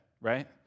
right